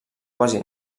quasi